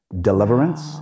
Deliverance